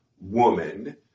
woman